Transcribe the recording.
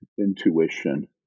intuition